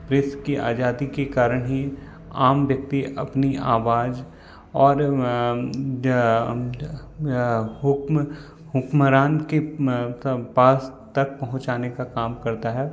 press की आज़ादी के कारण ही आम व्यक्ति अपनी आवाज़ और हुक्म हुक्मरान के मतलब पास तक पहुंचाने का काम करता है